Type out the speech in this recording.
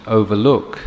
overlook